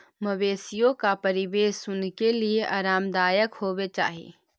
मवेशियों का परिवेश उनके लिए आरामदायक होवे चाही